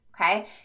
Okay